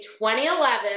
2011